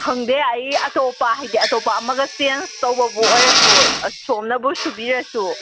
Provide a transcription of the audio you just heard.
ꯈꯪꯗꯦ ꯑꯩ ꯑꯇꯣꯞꯄ ꯍꯥꯏꯗꯤ ꯑꯇꯣꯞꯄ ꯑꯃꯒ ꯆꯦꯟꯁ ꯇꯧꯕꯕꯨ ꯑꯣꯏꯔꯁꯨ ꯁꯣꯝꯅꯕꯨ ꯁꯨꯕꯤꯔꯁꯨ